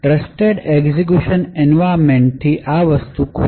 આ trusted execution environment થી ખૂબ